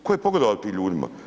Tko je pogodovao tim ljudima?